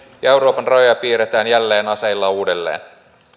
ja euroopan rajoja piirretään jälleen aseilla uudelleen